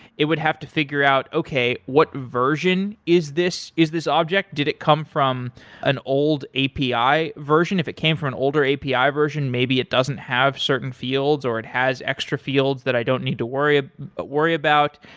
it would have to figure out, okay. what version is this is this object? did it come from an old api version? if it came from an older api version, maybe it doesn't have certain fields or it has extra fields that i don't need to worry ah worry about.